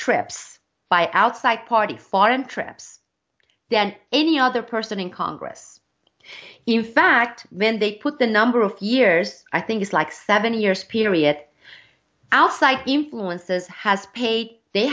trips by outside party foreign trips than any other person in congress in fact when they put the number of years i think it's like seventy years period it outside influences has paid they